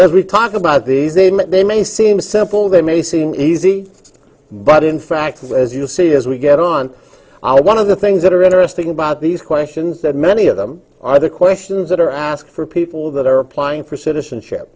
these they met they may seem simple they may seem easy but in fact as you see as we get on all one of the things that are interesting about these questions that many of them are the questions that are asked for people that are applying for citizenship